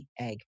egg